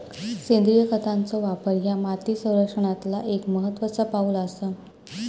सेंद्रिय खतांचो वापर ह्या माती संरक्षणातला एक महत्त्वाचा पाऊल आसा